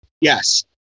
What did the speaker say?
yes